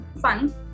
fun